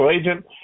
agent